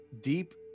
deep